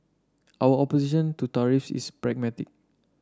our opposition to tariff is pragmatic